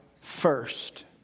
first